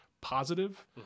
positive